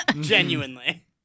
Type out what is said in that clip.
genuinely